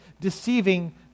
deceiving